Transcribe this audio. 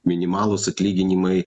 minimalūs atlyginimai